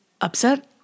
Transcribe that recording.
upset